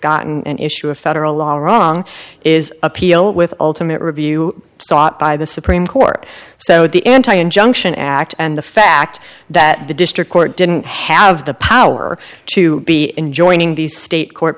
gotten an issue a federal law wrong is appeal with ultimate review sought by the supreme court so the anti injunction act and the fact that the district court didn't have the power to be in joining these state court